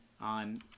on